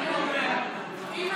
אני אומר אם אנחנו,